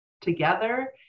together